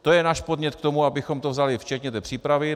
To je náš podnět k tomu, abychom to vzali včetně přípravy.